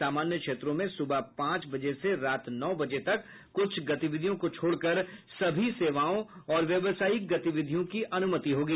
सामान्य क्षेत्रों में सुबह पांच बजे से रात नौ बजे तक कुछ गतिविधियों को छोड़कर सभी सेवाओं और व्यावसायिक गतिविधियों की अनुमति होगी